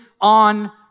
on